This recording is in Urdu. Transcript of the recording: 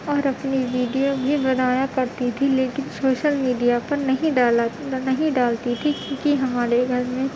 اور اپنی ویڈیو بھی بنایا کرتی تھی لیکن سوشل میڈیا پر نہیں ڈالا نہیں ڈالتی تھی کیوںکہ ہمارے گھر میں